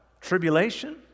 tribulation